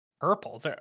Purple